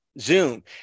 Zoom